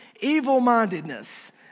evil-mindedness